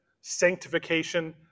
sanctification